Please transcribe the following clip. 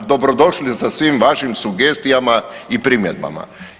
Dobrodošli sa svim vašim sugestijama i primjedbama.